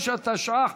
35), התשע"ח